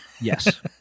Yes